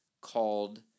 called